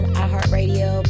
iHeartRadio